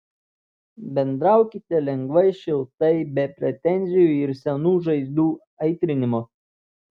bendraukite lengvai šiltai be pretenzijų ir senų žaizdų aitrinimo